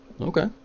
Okay